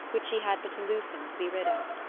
which she had but to loosen to be rid of.